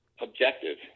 objective